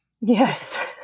Yes